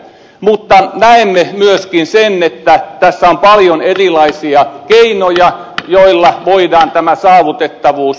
mutta näemme myöskin sen että tässä on paljon erilaisia keinoja joilla voidaan tämä saavutettavuus turvata